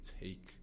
take